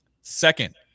Second